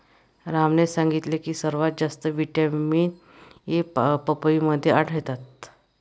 रामने सांगितले की सर्वात जास्त व्हिटॅमिन ए पपईमध्ये आढळतो